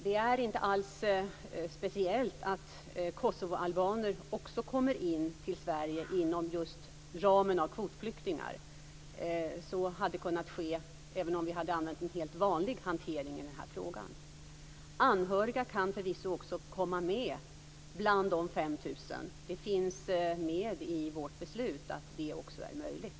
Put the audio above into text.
Det är inte något speciellt med att kosovoalbaner också kommer till Sverige inom just ramen för kvotflyktingar. Så hade kunnat ske även om vi hade använt en helt vanlig hantering i den här frågan. Anhöriga kan förvisso också komma med bland de 5 000. Det finns med i vårt beslut att det också är möjligt.